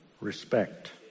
Respect